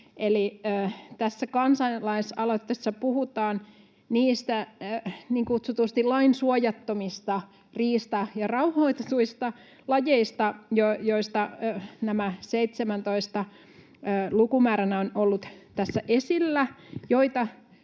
kansalaisaloitteessa puhutaan niistä niin kutsutusti lainsuojattomista riista- ja rauhoitetuista lajeista, joista nämä 17 lukumääränä on ollut tässä esillä,